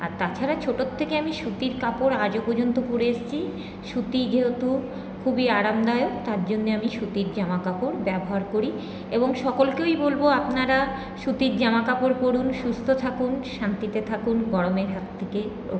আর তাছাড়া ছোটোর থেকে আমি সুতির কাপড় আজও পর্যন্ত পরে এসেছি সুতি যেহেতু খুবই আরামদায়ক তার জন্য আমি সুতির জামা কাপড় ব্যবহার করি এবং সকলকেই বলবো আপনারা সুতির জামা কাপড় পরুন সুস্থ থাকুন শান্তিতে থাকুন গরমের হাত থেকে রক্ষা পান